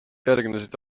järgnesid